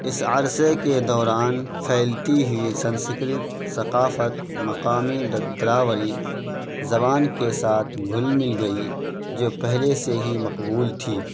اس عرصے کے دوران پھیلتی ہوئی سنسکرت ثقافت مقامی دراوری زبان کے ساتھ گھل مل گئی جو پہلے سے ہی مقبول تھی